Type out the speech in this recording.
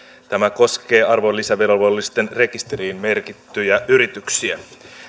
tämä koskee arvonlisäverovelvollisten rekisteriin merkittyjä yrityksiä